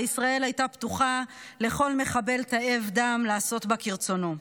וישראל הייתה פתוחה לכל מחבל תאב דם לעשות בה כרצונו.